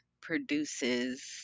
produces